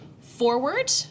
forward